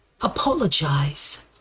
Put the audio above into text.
apologize